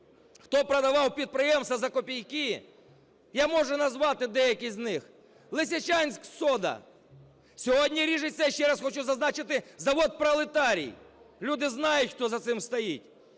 Хто продавав підприємства за копійки? Я можу назвати деякі з них: "Лисичанськсода". Сьогодні ріжеться, ще раз хочу зазначити, завод "Пролетарій". Люди знають, хто за цим стоїть.